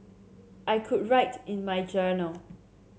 I could write in my journal